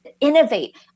innovate